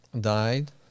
died